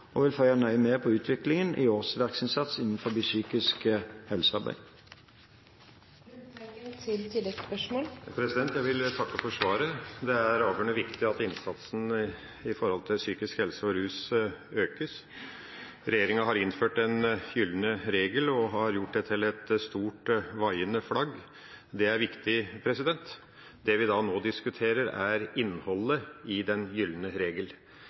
og vil følge nøye med på utviklingen i årsverksinnsats innenfor psykisk helsearbeid. Jeg vil takke for svaret. Det er avgjørende viktig at innsatsen når det gjelder psykisk helse og rus, økes. Regjeringa har innført den gylne regel og har gjort det til et stort, vaiende flagg. Det er viktig. Det vi nå diskuterer, er innholdet i den gylne regel.